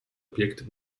objekt